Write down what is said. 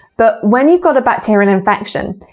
but when you've got a bacterial infection,